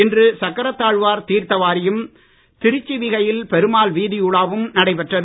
இன்று சக்கரத்தாழ்வார் தீர்த்தவாரியும் திருச்சிவிகையில் பெருமாள் வீதியுலாவும் நடைபெற்றது